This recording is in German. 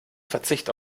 verzicht